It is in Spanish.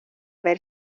ver